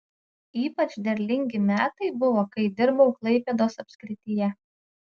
ypač derlingi metai buvo kai dirbau klaipėdos apskrityje